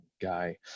guy